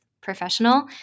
professional